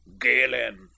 galen